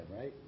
right